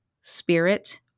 spirit